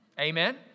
Amen